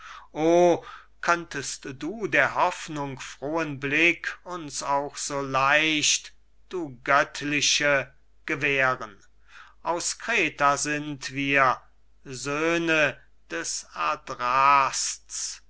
könntest du der hoffnung frohen blick uns auch so leicht du göttliche gewähren aus kreta sind wir söhne des